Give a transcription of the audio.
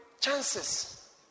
chances